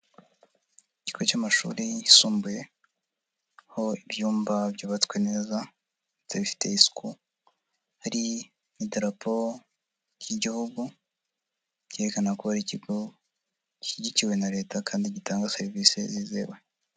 Ikigo cy'amashuri yisumbuye, aho ibyumba byubatswe neza ndetse bifite isuku, hari idarapo ry'Igihugu, byerekana ko ari ikigo gishyigikiwe na Leta kandi gitanga serivise zizewe.